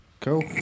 Cool